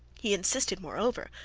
he insisted, moreover,